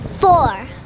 Four